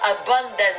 Abundance